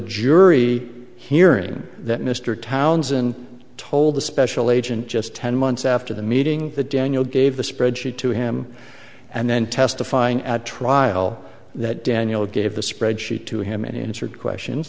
jury hearing that mr townsend told the special agent just ten months after the meeting that daniel gave the spreadsheet to him and then testifying at trial that daniel gave the spreadsheet to him and entered questions